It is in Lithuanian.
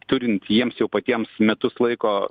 turint jiems jau patiems metus laiko